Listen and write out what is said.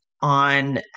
on